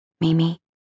Mimi